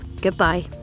goodbye